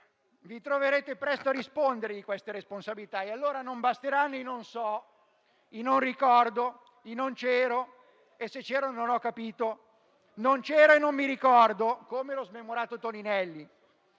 Vi troverete presto a rispondere di queste responsabilità e allora non basteranno i «non so», «non ricordo», «non c'ero e, se c'ero, non ho capito», «non c'ero e non mi ricordo», come lo smemorato Toninelli.